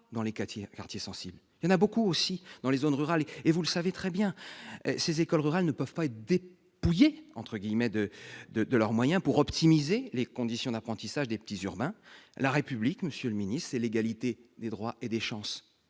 dans les quartiers sensibles et existent aussi beaucoup dans les zones rurales, vous le savez très bien. Ces écoles rurales ne peuvent pas être « dépouillées » de leurs moyens pour optimiser les conditions d'apprentissage des petits urbains. La République, monsieur le ministre, c'est l'égalité des droits et des chances